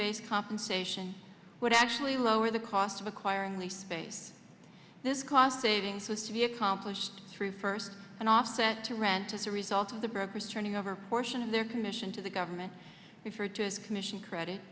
based compensation would actually lower the cost of acquiring the space this cost savings has to be accomplished through first and offset to rent as a result of the brokerage turning over portion of their commission to the government referred to as commission credit